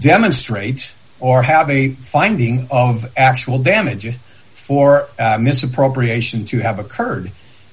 demonstrate or have a finding of actual damages for misappropriation to have occurred